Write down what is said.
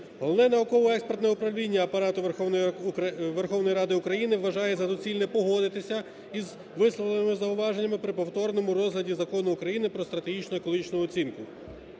Головне науково-експертне управління Апарату Верховної Ради України вважає за доцільне погодитися із висловленими зауваженнями при повторному розгляді Закону України про стратегічну екологічну оцінку.